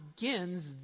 begins